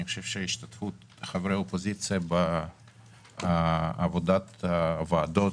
אני חושב שהשתתפות חברי האופוזיציה בעבודת הוועדות,